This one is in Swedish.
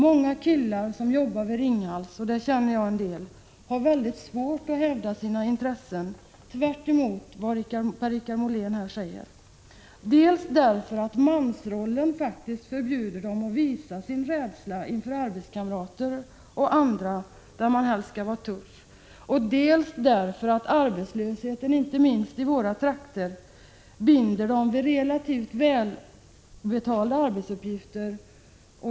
Många killar som jobbar vid Ringhals — jag känner en del — har mycket svårt att hävda sina intressen, tvärtemot vad Per-Richard Molén här säger, dels därför att mansrollen faktiskt förbjuder dem att visa sin rädsla inför arbetskamrater och andra, där man helst skall vara tuff, dels därför att arbetslösheten inte minst i våra trakter binder dem vid relativt välbetalda arbetsuppgifter.